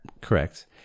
Correct